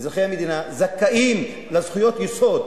שזכאים לזכויות יסוד,